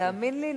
ותאמין לי,